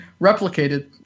replicated